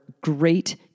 great